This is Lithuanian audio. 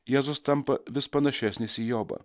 jėzus tampa vis panašesnis į jobą